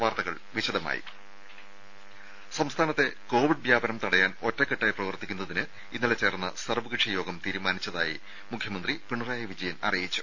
വാർത്തകൾ വിശദമായി സംസ്ഥാനത്തെ കോവിഡ് വ്യാപനം തടയാൻ ഒറ്റക്കെട്ടായി പ്രവർത്തിക്കാൻ ഇന്നലെ ചേർന്ന സർവ്വകക്ഷി യോഗം തീരുമാനിച്ചതായി മുഖ്യമന്ത്രി പിണറായി വിജയൻ അറിയിച്ചു